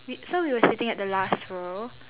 we so we were sitting at the last row